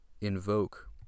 invoke